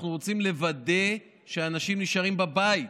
אנחנו רוצים לוודא שאנשים נשארים בבית.